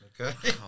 Okay